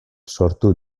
sortu